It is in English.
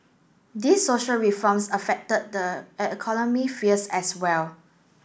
these social reforms affected the economic as well